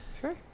Sure